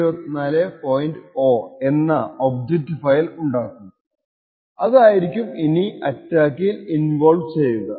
o എന്ന object file ഉണ്ടാക്കും അതായിരിക്കും ഇനി അറ്റാക്കിൽ ഇൻവോൾവ് ചെയ്യുക